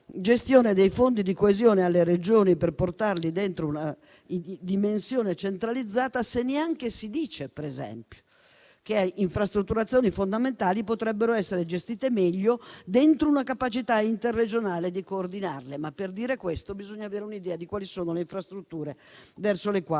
gestione dei fondi di coesione alle Regioni per portarli dentro una dimensione centralizzata. E neanche si dice, per esempio, che infrastrutturazioni fondamentali potrebbero essere gestite meglio all'interno di una capacità interregionale di coordinarle. Tuttavia, per dire questo bisogna avere un'idea di quali sono le infrastrutture verso le quali